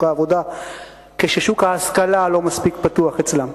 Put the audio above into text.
העבודה כששוק ההשכלה לא מספיק פתוח אצלם.